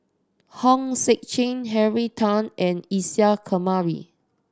Hong Sek Chern Henry Tan and Isa Kamari